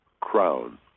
crown